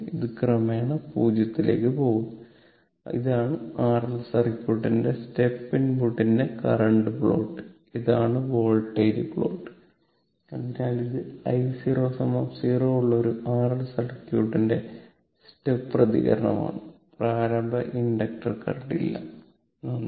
ഇത് ക്രമേണ 0 ലേക്ക് പോകുന്നു ഇതാണ് R L സർക്യൂട്ടിന്റെ സ്റ്റെപ്പ് ഇൻപുട്ടിന്റെ കറന്റ് പ്ലോട്ട് ഇതാണ് വോൾട്ടേജ് പ്ലോട്ട് അതിനാൽ ഇത് i0 0 ഉള്ള ഒരു R L സർക്യൂട്ടിന്റെ സ്റ്റെപ്പ് പ്രതികരണമാണ് പ്രാരംഭ ഇൻഡക്റ്റർ കറന്റ് ഇല്ല നന്ദി